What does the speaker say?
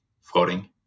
floating